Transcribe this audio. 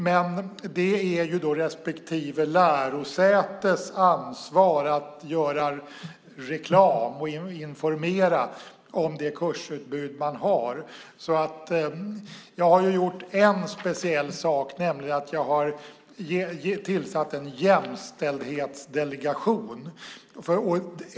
Men det är respektive lärosätes ansvar att göra reklam och informera om det kursutbud man har. Jag har gjort en speciell sak, nämligen att tillsätta en jämställdhetsdelegation.